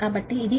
కాబట్టి ఇది 81